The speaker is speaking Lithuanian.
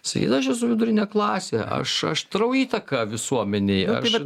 sakyt aš esu vidurinė klasė aš aš darau įtaką visuomenei aš